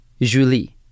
Julie